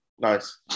Nice